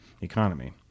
economy